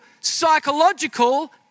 psychological